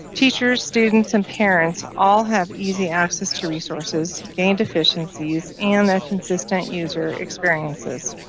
teachers, students, and parents all have easy access to resources, gain deficiencies, and that consistent user experiences.